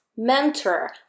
mentor